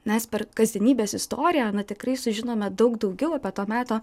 mes per kasdienybės istoriją tikrai sužinome daug daugiau apie to meto